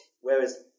whereas